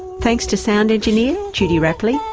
thanks to sound engineer judy rapley,